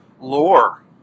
lore